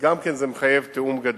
זה גם מחייב תיאום גדול.